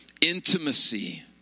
intimacy